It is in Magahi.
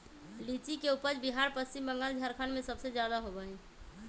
लीची के उपज बिहार पश्चिम बंगाल झारखंड में सबसे ज्यादा होबा हई